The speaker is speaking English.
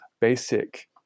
basic